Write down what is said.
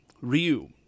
ryu